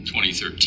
2013